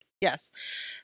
yes